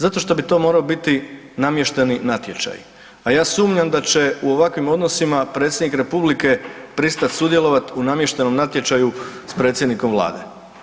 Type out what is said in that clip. Zato što bi to morao biti namješteni natječaj, a ja sumnjam da će u ovakvim odnosima predsjednik Republike pristati sudjelovati u namještenom natječaju s predsjednikom Vlade.